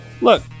Look